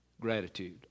gratitude